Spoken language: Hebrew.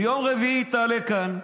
ביום רביעי היא תעלה כאן,